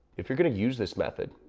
if you're gonna use this method,